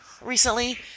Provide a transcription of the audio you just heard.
recently